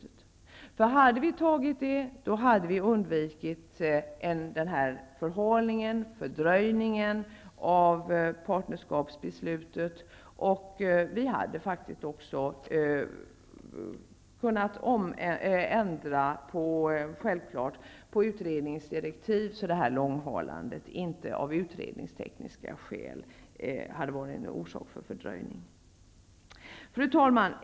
Om vi hade fattat beslutet då, hade vi undvikit den här förhalningen av beslutet om partnerskap, och vi hade faktiskt också kunnat ändra på utredningens direktiv så att vi hade sluppit utredningstekniska skäl till fördröjningen. Fru talman!